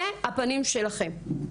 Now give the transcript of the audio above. זה הפנים שלכם.